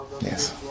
Yes